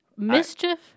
Mischief